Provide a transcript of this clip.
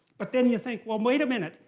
but then you think, well, wait a minute.